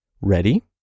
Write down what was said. Ready